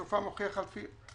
סופם מוכיח על תחילתם,